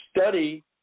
study